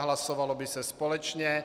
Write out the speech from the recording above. Hlasovalo by se společně.